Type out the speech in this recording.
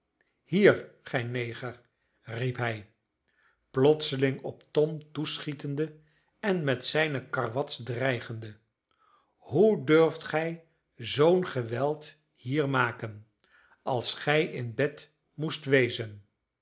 hier gij neger riep hij plotseling op tom toeschietende en met zijne karwats dreigende hoe durft gij zoo'n geweld hier maken als gij in bed moest wezen